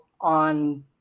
on